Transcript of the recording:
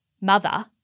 mother